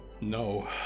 No